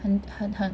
很很很